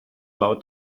low